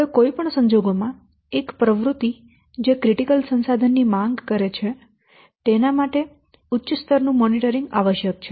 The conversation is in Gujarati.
હવે કોઈ પણ સંજોગોમાં એક પ્રવૃત્તિ કે જે ક્રિટિકલ સંસાધન ની માંગ કરે છે તેના માટે ઉચ્ચ સ્તર નું મોનિટરિંગ આવશ્યક છે